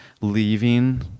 leaving